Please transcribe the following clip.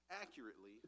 accurately